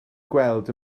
gweld